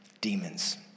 demons